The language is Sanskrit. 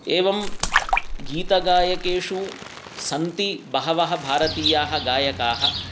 एवं गीतगायकेषु सन्ति बहवः भारतीयाः गायकाः